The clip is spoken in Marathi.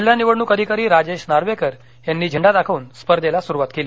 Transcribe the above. जिल्हा निवडणुक अधिकारी राजेश नार्वेकर यांनी झेंडा दाखवून स्पर्धेला सुरुवात केली